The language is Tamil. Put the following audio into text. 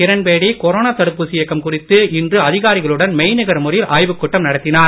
கிரண் பேடி கொரோனா தடுப்பூசி இயக்கம் குறித்து இன்று அதிகாரிகளுடன் மெய்நிகர் முறையில் ஆய்வுக் கூட்டம் நடத்தினார்